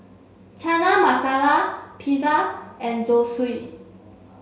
Chana Masala Pizza and Zosui